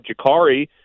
Jakari